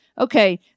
Okay